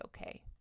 okay